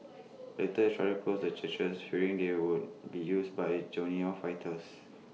later Israel closed the churches fearing they would be used by Jordanian fighters